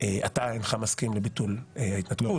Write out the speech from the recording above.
אתה אינך מסכים לביטול ההתנתקות.